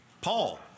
Paul